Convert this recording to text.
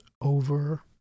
over